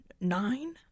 Nine